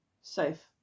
safe